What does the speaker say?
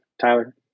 Tyler